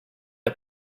der